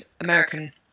American